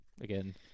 again